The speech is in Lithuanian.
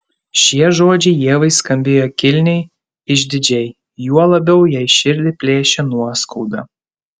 šie žodžiai ievai skambėjo kilniai išdidžiai juo labiau jai širdį plėšė nuoskauda